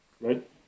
Right